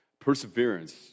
Perseverance